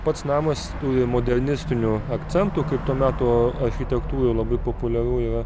pats namas turi modernistinių akcentų kai to meto architektūra labai populiariu yra